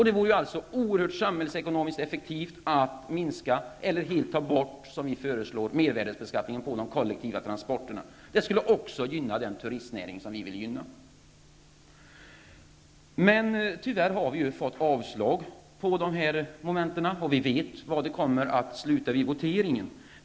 Det vore samhällsekonomiskt oerhört effektivt att minska eller helt slopa, som vi föreslår, mervärdebeskattningen av de kollektiva transporterna. Det skulle också gynna den turistnäring som vi vill gynna. Tyvärr kommer vi att få avslag på denna punkt. Vi vet hur det kommer att bli vid voteringen.